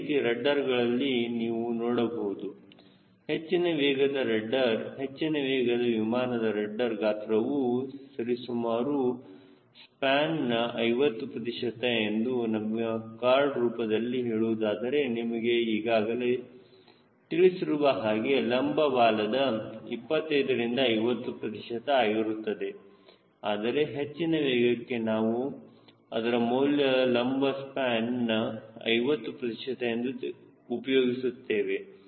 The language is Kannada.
ಅದೇ ರೀತಿ ರಡ್ಡರ್ಗಳಲ್ಲಿ ನೀವು ನೋಡಬಹುದು ಹೆಚ್ಚಿನ ವೇಗದ ರಡ್ಡರ್ ಹೆಚ್ಚಿನ ವೇಗದ ವಿಮಾನದ ರಡ್ಡರ್ ಗಾತ್ರವು ಸರಿ ಸುಮಾರು ಸ್ಪ್ಯಾನ್ನ 50 ಪ್ರತಿಶತ ಎಂದು ಮತ್ತು ಕಾರ್ಡ್ ರೂಪದಲ್ಲಿ ಹೇಳುವುದಾದರೆ ನಿಮಗೆ ಈಗಾಗಲೇ ತಿಳಿಸಿರುವ ಹಾಗೆ ಲಂಬ ಕಾಲದ 25 ರಿಂದ 50 ಪ್ರತಿಶತ ಆಗಿರುತ್ತದೆ ಆದರೆ ಹೆಚ್ಚಿನ ವೇಗಕ್ಕೆ ನಾವು ಅದರ ಮೌಲ್ಯವು ಲಂಬ ಸ್ಪ್ಯಾನ್ನ 50 ಪ್ರತಿಶತ ಎಂದು ಉಪಯೋಗಿಸುತ್ತೇವೆ